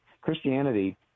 christianity